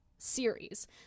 series